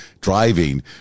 driving